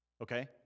Okay